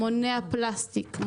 מונע פלסטיק,